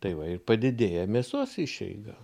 tai va ir padidėja mėsos išeiga